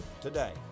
today